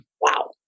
wow